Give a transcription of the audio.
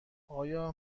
آیا